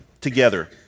together